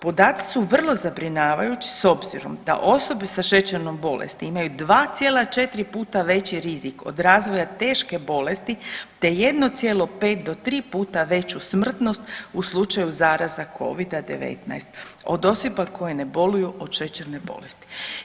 Podaci su vrlo zabrinjavajući s obzirom da osobe sa šećernom bolesti imaju 2,4 puta veći rizik od razvoja teške bolesti te 1,5 do 3 puta veću smrtnost u slučaju zaraza covida-19 od osoba koje ne boluju od šećerne bolesti.